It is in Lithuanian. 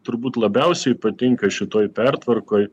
turbūt labiausiai patinka šitoj pertvarkoj